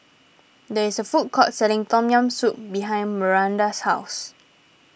there is a food court selling Tom Yam Soup behind Maranda's house